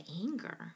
anger